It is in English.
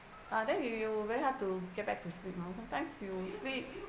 ah then you you very hard to get back to sleep ah sometimes you sleep